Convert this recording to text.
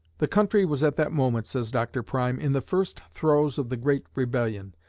the country was at that moment, says dr. prime, in the first throes of the great rebellion.